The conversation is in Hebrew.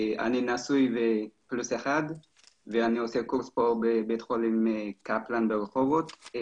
אני נשוי עם ילד ואני עושה קורס בבית חולים קפלן ברחובות.